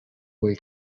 quel